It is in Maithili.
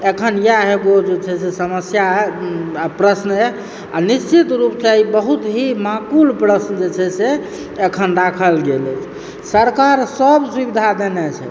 एखन इएह एगो जे छै से समस्या आओर प्रश्न अछि आओर निश्चित रूपसँ ई बहुत ही माकूल प्रश्न जे छै से एखन राखल गेल अछि सरकार सब सुविधा देने छै